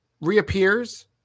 reappears